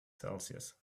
celsius